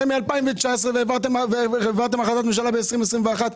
הרי העברתם החלטת ממשלה ב-2021,